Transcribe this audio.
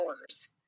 hours